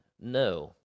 No